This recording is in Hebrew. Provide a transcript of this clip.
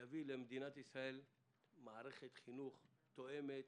שיביא למדינת ישראל מערכת חינוך תואמת